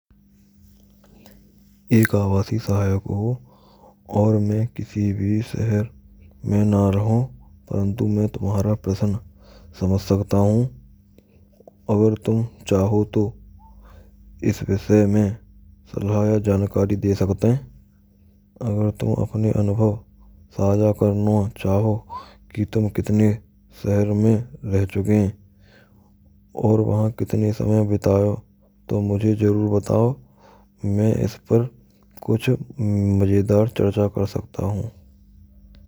Main Ek avasi sahayk ho aur ma kisi bhi sahar ma na rahu paruntu ma tumhra prasang samjh skt hu. Aur tum chaho to is vishya ma salah ya jankari de skte h agar tum apne anubhav sajha Krno chaho ki tum kitne sahar ma rah chukeh. Aur wha kitne samay bitayo to mujhe jarur btao. Main is par kuch majedar charcha kar skt hu.